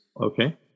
Okay